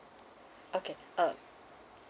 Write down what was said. okay uh